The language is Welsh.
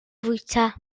fwyta